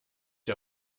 die